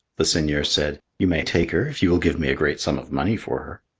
the seigneur said, you may take her if you will give me a great sum of money for her.